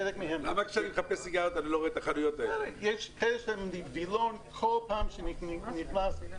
בחלק מהן יש וילון ובכל פעם שאני נכנס,